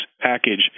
package